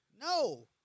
No